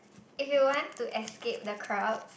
if you want to escape the crowds